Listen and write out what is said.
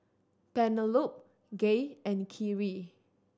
Penelope Gay and Khiry